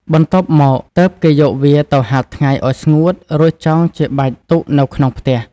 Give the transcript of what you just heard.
បន្ទាប់មកទើប គេយកវាទៅហាលថ្ងៃ អោយស្ងួត រួចចងជាបាច់ទុកនៅក្នុងផ្ទះ ។